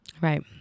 Right